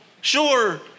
Sure